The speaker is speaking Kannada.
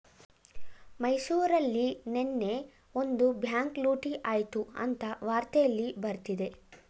ಮೈಸೂರಲ್ಲಿ ನೆನ್ನೆ ಒಂದು ಬ್ಯಾಂಕ್ ಲೂಟಿ ಆಯ್ತು ಅಂತ ವಾರ್ತೆಲ್ಲಿ ಬರ್ತಿದೆ